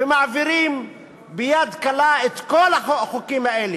ומעבירים ביד קלה את כל החוקים האלה,